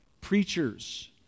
Preachers